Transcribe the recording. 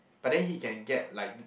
but then he can get like